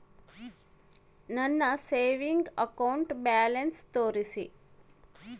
ನನ್ನ savings account balance ತೋರಿಸಿ?